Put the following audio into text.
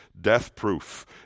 death-proof